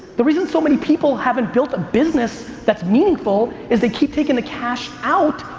the reason so many people haven't built a business that's meaningful is they keep taking the cash out,